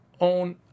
own